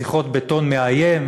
שיחות בטון מאיים,